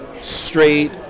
straight